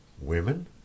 Women